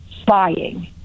spying